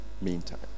meantime